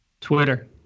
Twitter